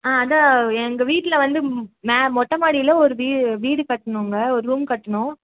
ஆ அதுதான் எங்கள் வீட்டில் வந்து மொட்டை மாடியில் ஒரு வீடு கட்டணுங்க ஒரு ரூம் கட்டணும்